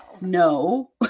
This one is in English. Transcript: No